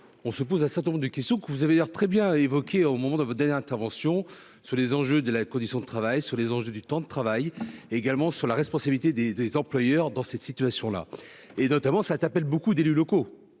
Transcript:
on se pose un certain nombre de questions que vous avez l'air très bien évoqué au moment de vos données intervention sur les enjeux de la condition de travail sur les enjeux du temps de travail. Également sur la responsabilité des des employeurs dans cette situation-là et notamment ça t'appelle. Beaucoup d'élus locaux.